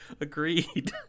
Agreed